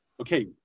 okay